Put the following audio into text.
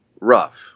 rough